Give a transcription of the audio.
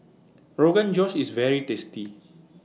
Rogan Josh IS very tasty